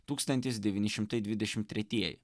tūkstantis devyni šimtai dvidešim tretieji